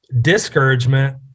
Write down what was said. discouragement